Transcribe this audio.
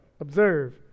Observe